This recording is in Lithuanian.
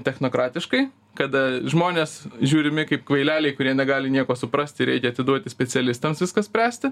technokratiškai kada žmonės žiūrimi kaip kvaileliai kurie negali nieko suprasti reikia atiduoti specialistams viską spręsti